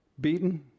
beaten